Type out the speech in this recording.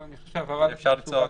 אני חושב שההבהרה הזו חשובה.